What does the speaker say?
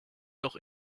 doch